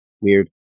weird